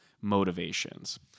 motivations